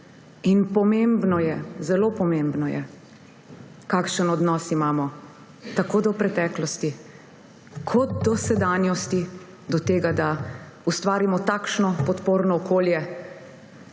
Pomembno je, zelo pomembno je, kakšen odnos imamo tako do preteklosti kot do sedanjosti, do tega, da ustvarimo takšno podporno okolje